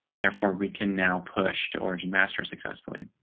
therefore, we can now push to origin master successfully.